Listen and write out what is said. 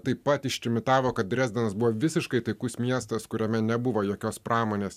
taip pat ištrimitavo kad dresdenas buvo visiškai taikus miestas kuriame nebuvo jokios pramonės